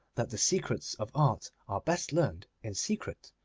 that the secrets of art are best learned in secret,